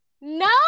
No